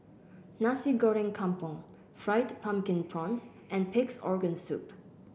Nasi Goreng Kampung Fried Pumpkin Prawns and Pig's Organ Soup